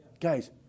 Guys